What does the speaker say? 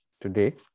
today